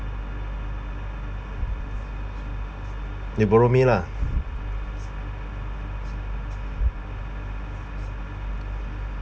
you borrow me lah